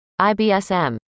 IBSM